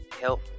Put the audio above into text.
help